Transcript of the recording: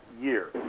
year